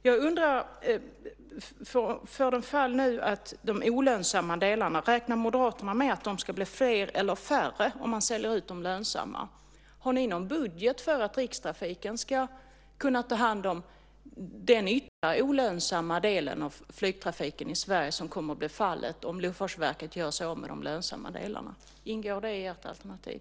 Jag undrar om Moderaterna räknar med att de olönsamma delarna ska bli fler eller färre om man säljer ut de lönsamma? Har ni någon budget för att Rikstrafiken ska kunna ta hand om den nya olönsamma delen av flygtrafiken i Sverige, som kommer att bli fallet om Luftfartsverket gör sig av med de lönsamma delarna? Ingår det i ert alternativ?